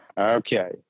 Okay